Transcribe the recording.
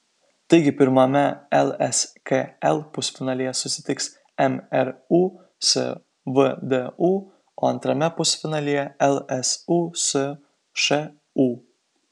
taigi pirmame lskl pusfinalyje susitiks mru su vdu o antrame pusfinalyje lsu su šu